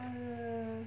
mm